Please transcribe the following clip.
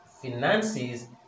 finances